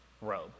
robe